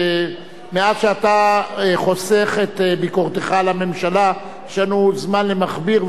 מאז אתה חוסך את ביקורתך על הממשלה יש לנו זמן למכביר,